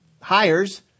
hires